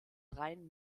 rhein